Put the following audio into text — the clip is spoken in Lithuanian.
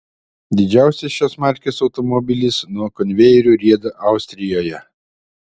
didžiausias šios markės automobilis nuo konvejerių rieda austrijoje